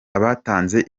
abatanze